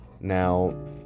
now